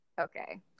Okay